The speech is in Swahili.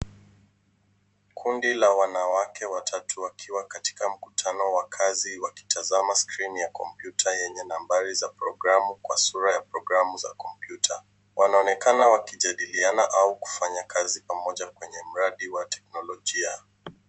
Kundi la wanawake watatu wakiwa katika mkutano wa kazi wakitazama skrini ya kompyuta yenye nambari za programu kwa sura ya programu za kompyuta. Wanaonekana wakijadiliana au kufanya kazi pamoja kwenye mradi wa teknolojia.